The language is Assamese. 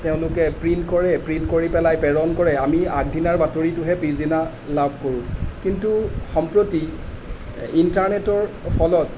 তেওঁলোকে প্ৰিণ্ট কৰে প্ৰিণ্ট কৰি পেলাই প্ৰেৰণ কৰে আমি আগদিনাৰ বাতৰিটোহে পিছদিনা লাভ কৰোঁ কিন্তু সম্প্ৰতি ইণ্টাৰনেটৰ ফলত